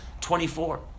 24